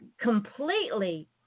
completely